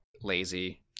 lazy